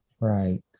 Right